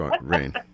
rain